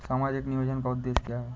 सामाजिक नियोजन का उद्देश्य क्या है?